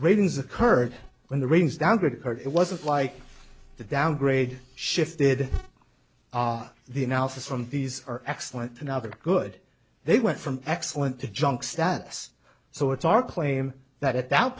ratings occurred when the ratings downgrade occurred it wasn't like the downgrade shifted the analysis from these are excellent and other good they went from excellent to junk status so it's our claim that at that